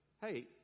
hey